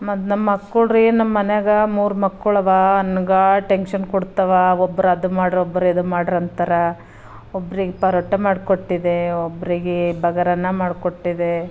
ಮತ್ತು ನಮ್ಮ ಮಕ್ಕಳ್ರೇ ನಮ್ಮ ಮನೆಗೆ ಮೂರು ಮಕ್ಕಳು ಅವಾ ಅನ್ಗಾ ಟೆಂಕ್ಷನ್ ಕೊಡ್ತವಾ ಒಬ್ರು ಅದು ಮಾಡ್ರಿ ಒಬ್ರು ಇದು ಮಾಡ್ರಿ ಅಂತಾರಾ ಒಬ್ರಿಗೆ ಪರೋಟ ಮಾಡ್ಕೊಟ್ಟಿದ್ದೇ ಒಬ್ಬರಿಗೆ ಬಗರನ್ನ ಮಾಡ್ಕೊಟ್ಟಿದ್ದೆ